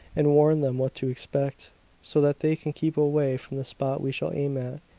and warn them what to expect so that they can keep away from the spot we shall aim at,